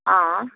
अँ